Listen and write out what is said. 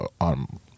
on